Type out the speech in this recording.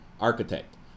Architect